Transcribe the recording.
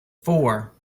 four